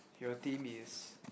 your team is